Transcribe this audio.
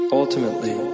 ultimately